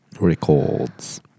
records